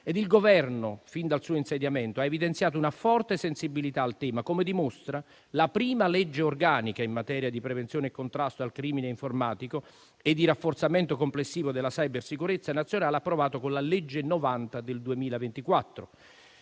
e il Governo, fin dal suo insediamento, ha evidenziato una forte sensibilità al tema, come dimostra la prima legge organica in materia di prevenzione e contrasto al crimine informatico e di rafforzamento complessivo della cybersicurezza nazionale approvato con la legge 28 giugno 2024,